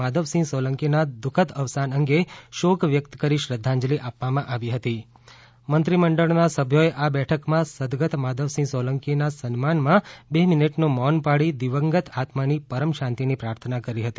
માધવસિંહ સોલંકીના દુઃખદ અવસાન અંગે શોક વ્યક્ત કરી શ્રદ્ધાંજલી આપવામાં આવી હતી મંત્રી મંડળના સભ્યોએ આ બેઠકમાં સદગત માધવસિંહ સોલંકીના સન્માનમાં બે મિનિટનું મૌન પાળી દિવંગત આત્માની પરમ શાંતિની પ્રાર્થના કરી હતી